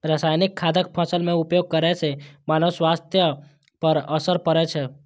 रासायनिक खादक फसल मे उपयोग करै सं मानव स्वास्थ्य पर असर पड़ै छै